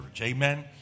Amen